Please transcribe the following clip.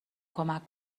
کمک